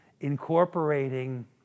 incorporating